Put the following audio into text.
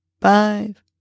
five